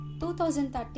2013